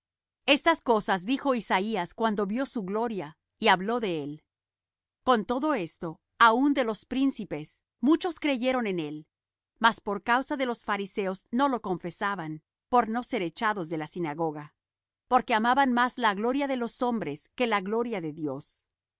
estas cosas dijo isaías cuando vió su gloria y habló de él con todo eso aun de los príncipes muchos creyeron en él mas por causa de los fariseos no lo confesaban por no ser echados de la sinagoga porque amaban más la gloria de los hombres que la gloria de dios